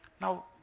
Now